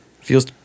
Feels